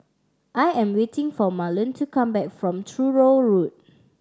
I am waiting for Marlon to come back from Truro Road